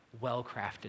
well-crafted